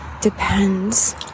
depends